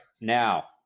Now